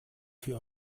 für